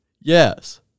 Yes